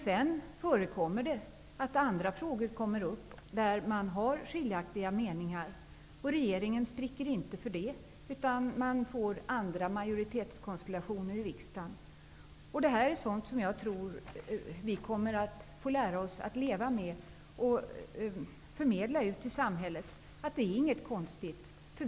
Sedan händer det att andra frågor kommer upp där man har skiljaktiga meningar, men regeringen spricker inte på grund av det -- det blir andra majoritetskonstellationer i riksdagen. Det här är sådant som jag tror att vi kommer att få lära oss att leva med och förmedla ut i samhället -- det är inte konstigt.